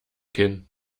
kinn